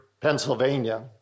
Pennsylvania